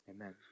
Amen